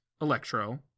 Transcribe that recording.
Electro